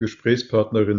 gesprächspartnerin